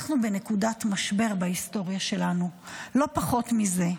אנחנו בנקודת משבר בהיסטוריה שלנו, לא פחות מזה.